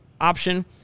option